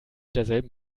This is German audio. derselben